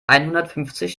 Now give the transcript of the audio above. einhundertfünfzig